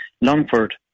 Longford